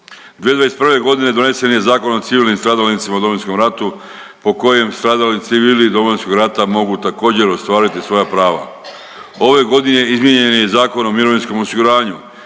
2021.g. donesen je Zakon o civilnim stradalnicima u Domovinskom ratu po kojem stradali civili Domovinskog rata mogu također ostvariti svoja prava. Ove godine izmijenjen je Zakon o mirovinskom osiguranju